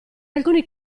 alcuni